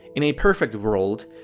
in a perfect world,